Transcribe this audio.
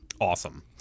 Awesome